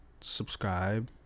subscribe